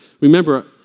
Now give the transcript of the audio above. Remember